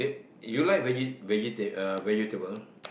you like veggie vegeta~ uh vegetable